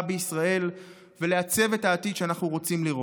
בישראל ולעצב את העתיד שאנחנו רוצים לראות.